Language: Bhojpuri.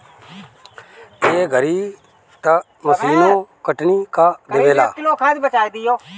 ए घरी तअ मशीनो कटनी कअ देवेला